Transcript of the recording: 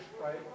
right